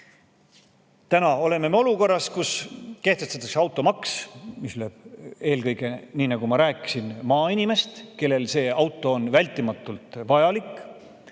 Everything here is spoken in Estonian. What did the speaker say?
me oleme olukorras, kus kehtestatakse automaks, mis lööb eelkõige, nii nagu ma rääkisin, maainimest, kellele auto on vältimatult vajalik,